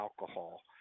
alcohol